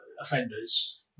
offenders